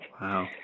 Wow